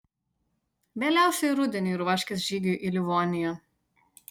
vėliausiai rudeniui ruoškis žygiui į livoniją